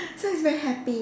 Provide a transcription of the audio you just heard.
so it's very happy